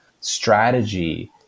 strategy